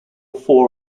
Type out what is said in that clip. four